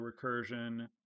recursion